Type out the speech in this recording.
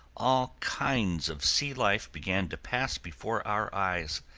all kinds of sea life began to pass before our eyes,